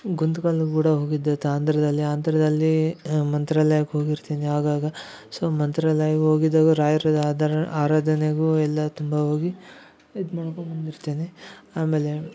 ಗುಂತ್ಗಲ್ಲು ಗುಡಾಗೆ ಹೋಗಿದ್ದೆ ಆಂಧ್ರದಲ್ಲಿ ಆಂಧ್ರದಲ್ಲಿ ಮಂತ್ರಾಲಯಕ್ಕೆ ಹೋಗ್ತಿರ್ತಿನಿ ಆಗಾಗ ಸೋ ಮಂತ್ರಾಲಯ ಹೋಗಿದಾಗ ರಾಯರು ಆದಾರ ಆರಾಧನೆಗೊ ಎಲ್ಲಾ ತುಂಬಾ ಹೋಗಿ ಇದ್ಮಾಡ್ಕೊಂಡು ಬಂದಿರ್ತೀನಿ ಆಮೇಲೆ